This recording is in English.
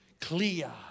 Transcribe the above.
clear